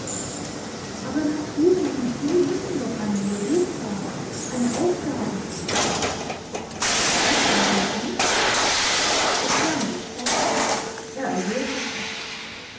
aber naturen wie sie müssen doch einen beruf haben eine aufgabe das sagen sie es klang wie spott er errötete